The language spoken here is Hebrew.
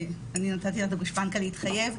אני נתתי לה את הגושפנקא להתחייב,